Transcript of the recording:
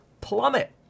plummet